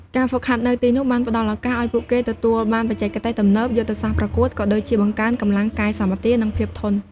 ការហ្វឹកហាត់នៅទីនោះបានផ្ដល់ឱកាសឲ្យពួកគេទទួលបានបច្ចេកទេសទំនើប យុទ្ធសាស្ត្រប្រកួត ក៏ដូចជាបង្កើនកម្លាំងកាយសម្បទា និងភាពធន់។